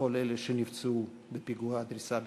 לכל אלה שנפצעו בפיגוע הדריסה בירושלים.